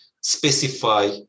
specify